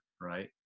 right